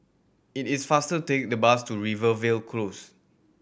it is faster to take the bus to Rivervale Close